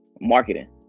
marketing